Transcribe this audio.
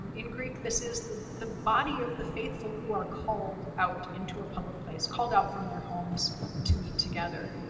um in greek this is the the body of the faithful who are called out into a public place, called out from their homes to meet together.